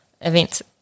events